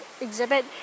exhibit